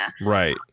right